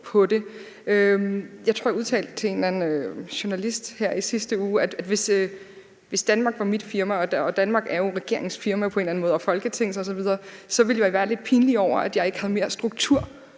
Jeg tror, jeg udtalte til en eller anden journalist her i sidste uge, at hvis Danmark var mit firma, og Danmark er jo regeringens firma på en eller anden måde og Folketingets osv., så ville jeg være lidt pinlig over, at jeg ikke havde mere struktur